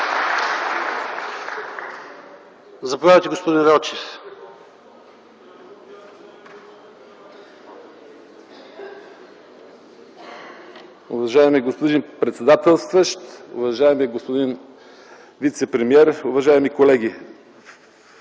Заповядайте, господин Велчев.